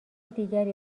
دیگری